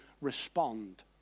respond